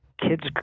kids